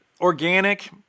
organic